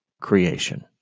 creation